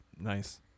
Nice